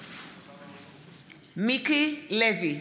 מתחייב אני מיקי לוי,